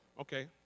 Okay